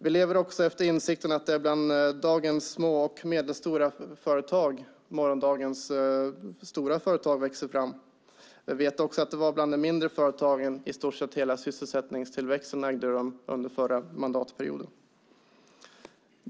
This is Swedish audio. Vi lever efter insikten att bland dagens små och medelstora företag växer morgondagens stora företag fram. Vi vet också att det var bland de mindre företagen som i stort sett hela sysselsättningstillväxten ägde rum under förra mandatperioden.